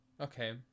Okay